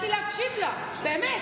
שנייה.